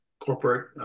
corporate